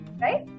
right